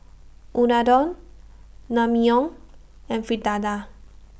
Unadon Naengmyeon and Fritada